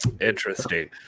interesting